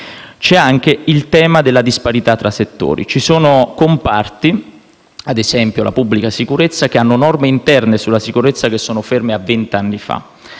C'è anche il tema della disparità tra settori. Ci sono comparti, ad esempio la pubblica sicurezza, le cui norme interne sulla sicurezza sono ferme a vent'anni fa.